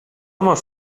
masz